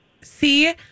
See